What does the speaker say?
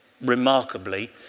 remarkably